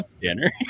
dinner